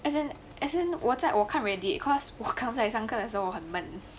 as in as in 我在我看 radiate it cause 我刚才在上课的时候很闷